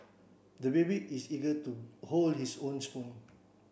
the baby is eager to hold his own spoon